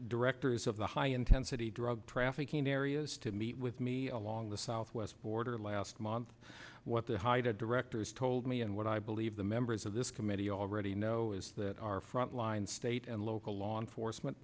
directors of the high intensity drug trafficking areas to meet with me along the southwest border last month what the haida directors told me and what i believe the members of this committee already know is that our frontline state and local law enforcement